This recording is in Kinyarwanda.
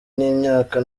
n’imyaka